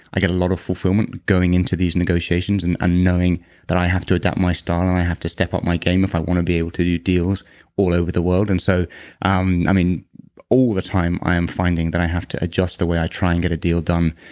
i get a lot of fulfillment going into these negotiations and and knowing that i have to adapt my style and i have to step up my game if i want to be able to do deals all over the world. and so um all the time i am finding that i have to adjust the way i try and get a deal done.